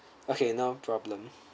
okay no problem